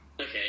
Okay